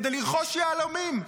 כדי לרכוש יהלומים.